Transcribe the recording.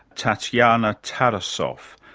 tatiana tarasoff,